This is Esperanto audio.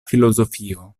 filozofio